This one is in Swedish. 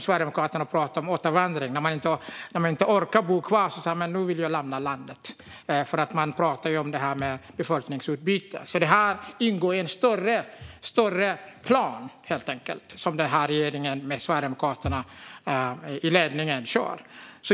Sverigedemokraterna pratar om återvandring och befolkningsutbyte. Om man inte orkar bo kvar vill man lämna landet. Det ingår i en större plan för regeringen och Sverigedemokraterna.